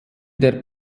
der